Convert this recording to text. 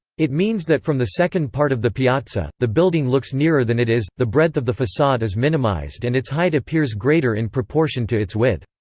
it means that from the second part of the piazza, the building looks nearer than it is, the breadth of the facade is minimized and its height appears greater in proportion to its width.